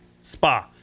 Spa